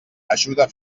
ajuda